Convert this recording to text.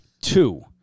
Two